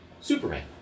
Superman